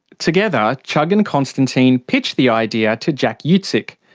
together, chugg and constantine pitched the idea to jack yeah utsick.